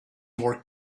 more